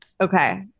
Okay